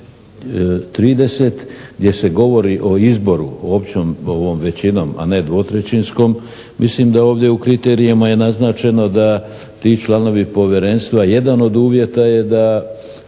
30. gdje se govori o izboru, o općem ovom većinom, a ne dvotrećinskom, mislim da ovdje u kriterijima je naznačeno da ti članovi povjerenstva, jedan od uvjeta je da